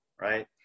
right